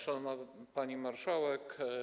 Szanowna Pani Marszałek!